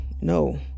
no